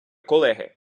колеги